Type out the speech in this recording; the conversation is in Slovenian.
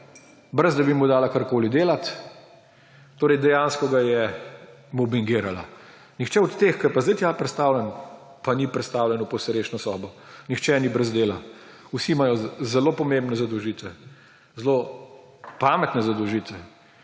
brez da bi mu dala karkoli delati, torej ga je dejansko mobingirala. Nihče od teh, ki je pa zdaj tja prestavljen, pa ni prestavljen v podstrešno sobo. Nihče ni brez dela. Vsi imajo zelo pomembne zadolžitve, zelo pametne zadolžitve.